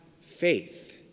faith